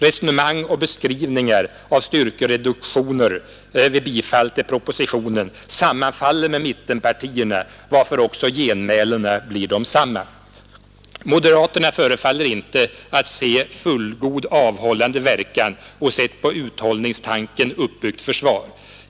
Resonemang och beskrivningar av styrkereduktioner vid bifall till propositionen sammanfaller med mittenpartiernas, varför också genmälena blir desamma. Moderaterna förefaller inte att se fullgod avhållande verkan hos ett på uthållighetstanken uppbyggt försvar.